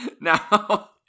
Now